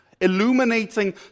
illuminating